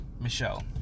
Michelle